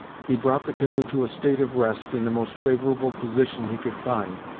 he brought the canoe to a state of rest in the most favourable position he could find,